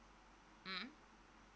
mm